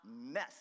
mess